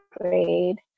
grade